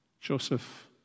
Joseph